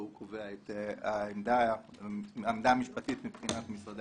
והוא קובע את העמדה המשפטית מבחינת משרדי הממשלה.